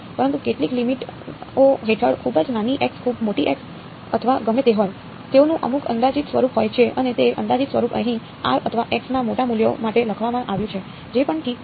પરંતુ કેટલીક લિમિટ ઓ હેઠળ ખૂબ જ નાની x ખૂબ મોટી x અથવા ગમે તે હોય તેઓનું અમુક અંદાજિત સ્વરૂપ હોય છે અને તે અંદાજિત સ્વરૂપ અહીં r અથવા xના મોટા મૂલ્યો માટે લખવામાં આવ્યું છે જે પણ ઠીક છે